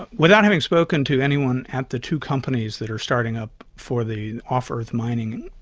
ah without having spoken to anyone at the two companies that are starting up for the off-earth mining,